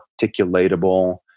articulatable